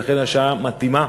לכן השעה מתאימה.